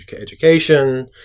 education